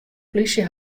plysje